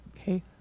Okay